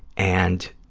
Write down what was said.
and